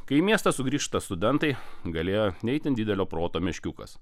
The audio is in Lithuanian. kai į miestą sugrįžta studentai galėjo ne itin didelio proto meškiukas